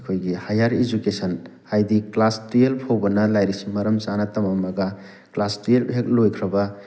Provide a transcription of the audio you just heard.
ꯑꯩꯈꯣꯏꯒꯤ higher education ꯍꯥꯏꯕꯗꯤ class ꯇꯨꯌꯦꯜꯕ ꯐꯥꯎꯕꯅ ꯂꯥꯏꯔꯤꯛꯁꯤ ꯃꯔꯝ ꯆꯥꯅ ꯇꯝꯃꯝꯃꯒ ꯀ꯭ꯂꯥꯁ ꯇꯨꯌꯦꯜꯕ ꯍꯦꯛ ꯂꯣꯏꯈ꯭ꯔꯕ